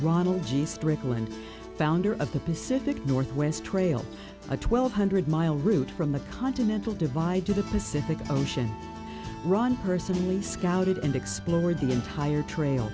strickland founder of the pacific northwest trail a twelve hundred mile route from the continental divide to the pacific ocean ron personally scouted and explored the entire trail